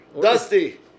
Dusty